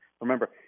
remember